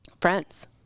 friends